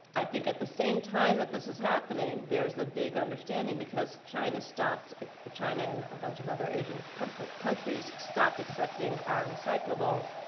i think at the same time that this is happening, there's a big understanding because china stopped china and a bunch of other asian countries stopped accepting our recyclables.